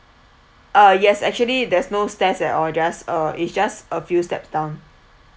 ah yes actually there's no stairs at all just uh is just a few steps down